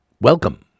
Welcome